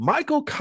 Michael